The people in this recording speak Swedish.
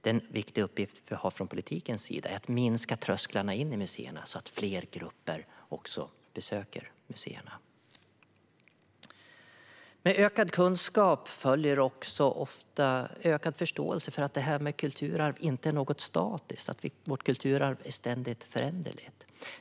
Den viktiga uppgift vi har från politikens sida är att sänka trösklarna in till museerna, så att fler grupper besöker dem. Med ökad kunskap följer också ofta ökad förståelse för att det här med kulturarv inte är något statiskt utan att vårt kulturarv är ständigt föränderligt.